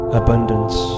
abundance